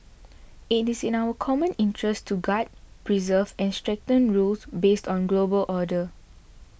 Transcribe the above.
it is in our common interest to guard preserve and strengthen rules based on global order